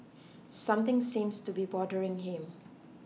something seems to be bothering him